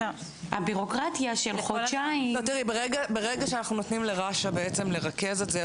ברגע שאנחנו נותנים לרש"א לרכז את זה,